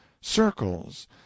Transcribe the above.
circles